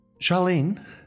Charlene